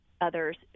others